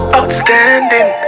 Outstanding